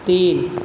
तीन